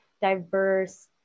diverse